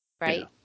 Right